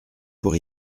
pour